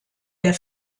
der